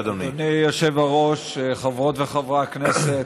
אדוני היושב-ראש, חברות וחברי הכנסת,